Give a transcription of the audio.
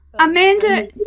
Amanda